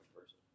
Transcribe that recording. person